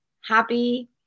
happy